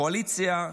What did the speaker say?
הקואליציה,